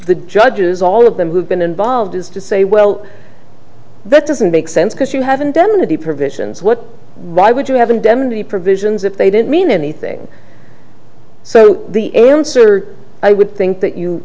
the judges all of them who've been involved is to say well that doesn't make sense because you haven't done any provisions what why would you have indemnity provisions if they didn't mean anything so the answer i would think that you